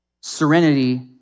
serenity